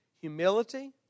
humility